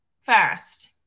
Fast